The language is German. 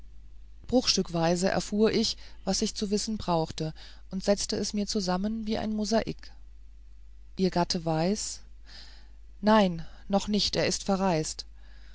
bruchstückweise erfuhr ich was ich zu wissen brauchte und setzte es mir zusammen wie ein mosaik ihr gatte weiß nein noch nicht er ist verreist